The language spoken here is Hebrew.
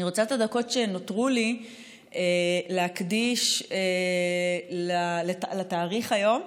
אני רוצה את הדקות שנותרו לי להקדיש לתאריך היום.